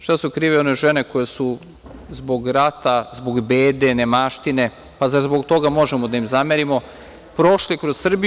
Šta su krive one žene koje su zbog rata, zbog bede, nemaštine, pa zar zbog toga možemo da im zamerimo, prošle kroz Srbiju?